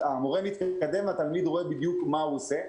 המורה מתקדם והתלמיד רואה בדיוק מה הוא עושה.